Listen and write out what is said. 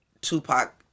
Tupac